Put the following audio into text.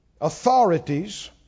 Authorities